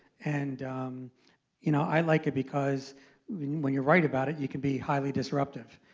and you know i like it because when you write about it you can be highly disruptive.